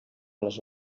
les